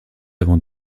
avant